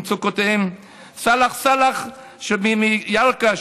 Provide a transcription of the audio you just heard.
סלאח סלאח מירכא,